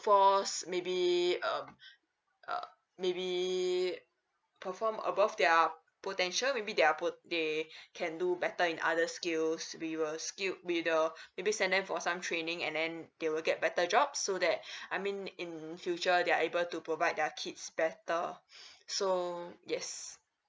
force maybe uh maybe perform above their potential maybe their po~ they can do better in other skills we will skill with the maybe send them for some training and then they will get better jobs so that I mean in future they are able to provide their kids better so yes